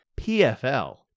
PFL